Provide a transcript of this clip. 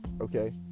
okay